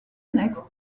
next